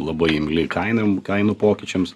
labai imli kainom kainų pokyčiams